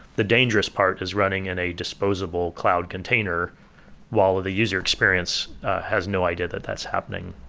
the dangerous part is running in a disposable cloud container while ah the user experience has no idea that that's happening.